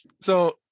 So-